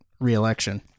reelection